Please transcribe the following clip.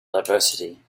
diversity